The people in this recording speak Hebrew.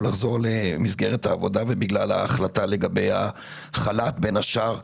לחזור למסגרת העבודה ובגלל ההחלטה לגבי החל"ת בין השאר,